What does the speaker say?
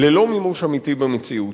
ללא מימוש אמיתי במציאות,